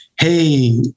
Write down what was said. Hey